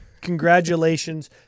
Congratulations